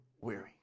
weary